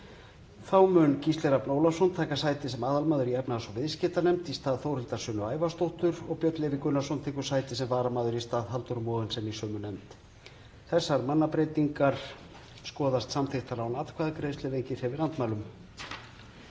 Þá mun Gísli Rafn Ólafsson taka sæti sem aðalmaður í efnahags- og viðskiptanefnd í stað Þórhildar Sunnu Ævarsdóttur og Björn Leví Gunnarsson tekur sæti sem varamaður í stað Halldóru Mogensen í sömu nefnd. Þessar mannabreytingar skoðast samþykktar án atkvæðagreiðslu ef enginn hreyfir andmælum.